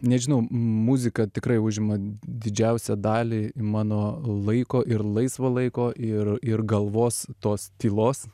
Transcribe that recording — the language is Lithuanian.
nežinau muzika tikrai užima didžiausią dalį mano laiko ir laisvo laiko ir ir galvos tos tylos